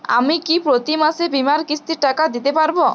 আমি কি প্রতি মাসে বীমার কিস্তির টাকা দিতে পারবো?